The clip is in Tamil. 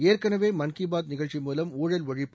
ஏற்கெனவே மன் கி பாத் நிகழ்ச்சி மூலம் ஊழல் ஒழிப்பு